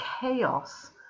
chaos